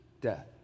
death